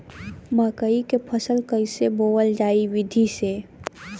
मकई क फसल कईसे बोवल जाई विधि से?